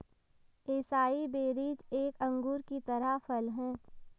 acai berries एक अंगूर की तरह फल हैं